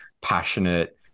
passionate